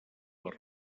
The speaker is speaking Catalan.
per